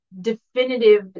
definitive